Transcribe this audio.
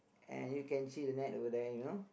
and you can see the net over there you know